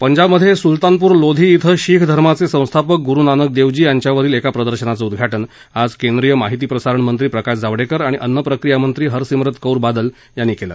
पंजाबमधे सुल्तानपूर लोधी शिंख धर्माचे संस्थापक गुरुनानक देवजी यांच्यावरील एका प्रदर्शनाचं उद्धाटन आज केंद्रीय माहिती प्रसारणमंत्री प्रकाश जावडेकर आणि अन्नप्रक्रिया मंत्री हरसिम्रत कौर बादल यांनी केला